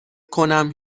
کنم